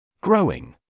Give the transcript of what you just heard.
Growing